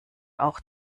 auch